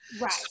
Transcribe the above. Right